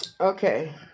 Okay